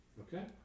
Okay